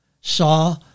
saw